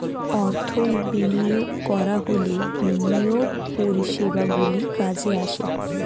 অর্থ বিনিয়োগ করা হলে বিনিয়োগ পরিষেবাগুলি কাজে আসে